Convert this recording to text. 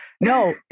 No